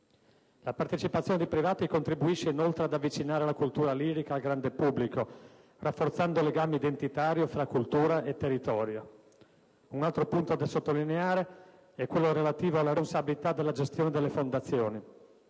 La partecipazione e privati contribuisce inoltre ad avvicinare la cultura lirica al grande pubblico, rafforzando il legame identitario fra cultura e territorio. Un altro punto da sottolineare è quello relativo alla responsabilità della gestione delle fondazioni.